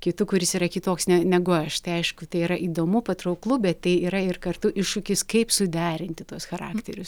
kitu kuris yra kitoks ne negu aš tai aišku tai yra įdomu patrauklu bet tai yra ir kartu iššūkis kaip suderinti tuos charakterius